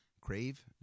crave